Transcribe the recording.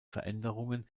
veränderungen